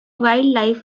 wildlife